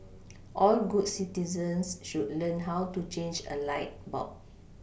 all good citizens should learn how to change a light bulb